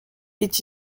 est